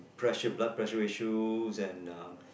pressure blood pressure issues and um